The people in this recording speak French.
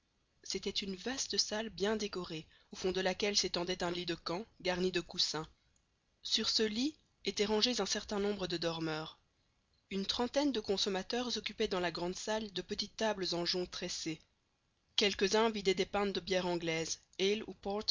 c'était une vaste salle bien décorée au fond de laquelle s'étendait un lit de camp garni de coussins sur ce lit étaient rangés un certain nombre de dormeurs une trentaine de consommateurs occupaient dans la grande salle de petites tables en jonc tressé quelques uns vidaient des pintes de bière anglaise ale